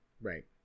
right